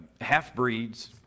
half-breeds